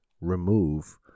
remove